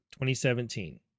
2017